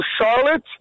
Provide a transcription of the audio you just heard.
Charlotte